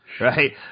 Right